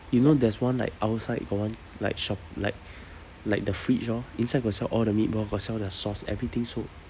you know there's one like outside got one like shop like like the fridge orh inside got sell all the meatball got sell their sauce everything sold